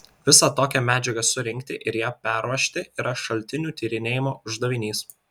visą tokią medžiagą surinkti ir ją perruošti yra šaltinių tyrinėjimo uždavinys